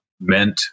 meant